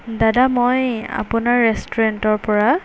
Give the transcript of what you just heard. দাদা মই আপোনাৰ ৰেষ্টুৰেণ্টৰপৰা